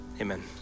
amen